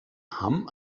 hamm